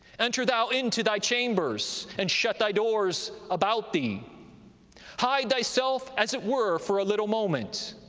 enter thou into thy chambers, and shut thy doors about thee hide thyself as it were for a little moment,